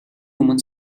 өмнө